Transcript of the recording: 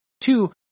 Two